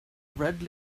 red